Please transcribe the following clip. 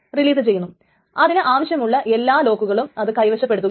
T ക്ക് എഴുതുവാനുള്ള അവസരം കിട്ടുന്നതിനു മുൻപ് തന്നെ T1 അത് വായിക്കുവാൻ പാടില്ലായിക്കുന്നു